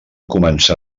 començar